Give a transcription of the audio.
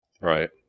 Right